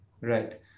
Right